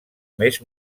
més